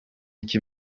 iki